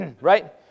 right